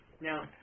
Now